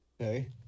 Okay